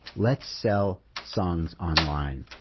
let's sell songs online.